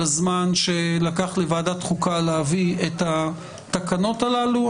הזמן שלקח לוועדת החוקה להביא את התקנות הללו.